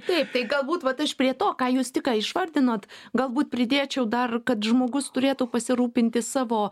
taip tai galbūt vat aš prie to ką jūs tik ką išvardinot galbūt pridėčiau dar kad žmogus turėtų pasirūpinti savo